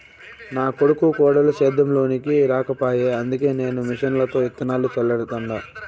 నా కొడుకు కోడలు సేద్యం లోనికి రాకపాయె అందుకే నేను మిషన్లతో ఇత్తనాలు చల్లతండ